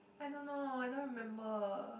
I don't know I don't remember